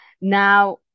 Now